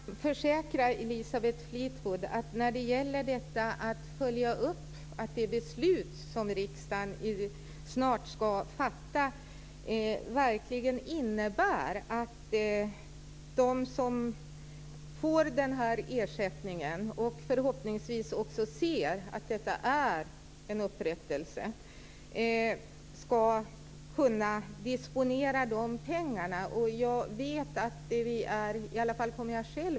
Fru talman! Jag kan försäkra Elisabeth Fleetwood att i alla fall jag själv mycket noga kommer att följa upp att det beslut som riksdagen snart ska fatta verkligen innebär att de som får den här ersättningen - och förhoppningsvis också ser att detta är en upprättelse - ska kunna disponera pengarna.